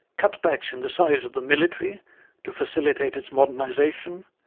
cutbacks in the size of the military to facilitate its modernisation